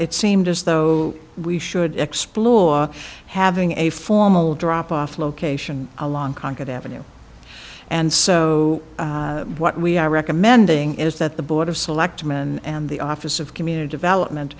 it seemed as though we should explore having a formal drop off location along concord avenue and so what we are recommending is that the board of selectmen and the office of community development